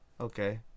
Okay